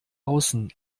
außen